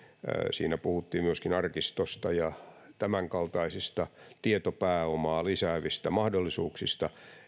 siinä puhuttiin myöskin arkistosta ja tämänkaltaisista tietopääomaa lisäävistä mahdollisuuksista